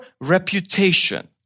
reputation